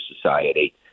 society